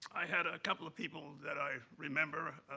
i had a couple of people that i remember.